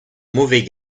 mauvais